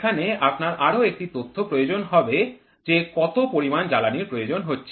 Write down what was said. এখানে আপনার আরও একটি তথ্য প্রয়োজন হবে যে কত পরিমান জ্বালানীর প্রয়োজন হচ্ছে